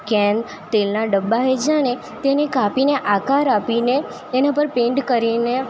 can તેલના ડબ્બા એ જાને તેને કાપીને આકાર આપીને તેના પર પેન્ટ કરીને